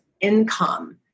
income